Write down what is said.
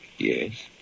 Yes